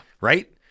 Right